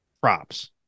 props